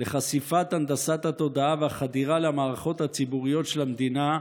לחשיפת הנדסת התודעה והחדירה למערכות הציבוריות של המדינה,